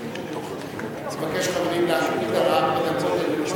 אני מבקש מהחברים להקפיד על הארבע דקות.